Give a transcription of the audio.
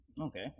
Okay